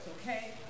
Okay